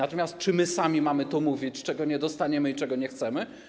Ale czy my sami mamy mówić, czego nie dostaniemy i czego nie chcemy?